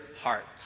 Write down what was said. hearts